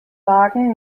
wagen